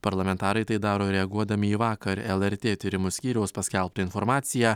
parlamentarai tai daro reaguodami į vakar lrt tyrimų skyriaus paskelbtą informaciją